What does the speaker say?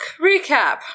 recap